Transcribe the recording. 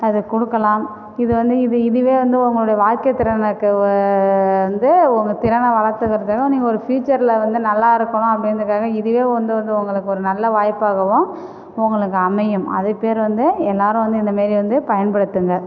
அதை கொடுக்கலாம் இதை வந்து இது இதுவே வந்து உங்களுடைய வாழ்க்கை திறனுக்கு வந்து உங்கள் திறனை வளர்த்துக்குறதுக்கு நீங்கள் ஒரு ஃபியூசரில் வந்து நல்லா இருக்கணும் அப்படின்றதுக்காக இதுவே வந்து வந்து உங்களுக்கு ஒரு நல்ல வாய்ப்பாகவும் உங்களுக்கு அமையும் அதுப்பேர் வந்து எல்லோரும் வந்து இந்தமாரி வந்து பயன்படுத்துங்கள்